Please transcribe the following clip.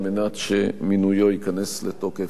על מנת שמינויו ייכנס לתוקף,